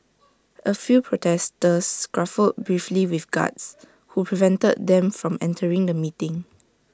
A few protesters scuffled briefly with guards who prevented them from entering the meeting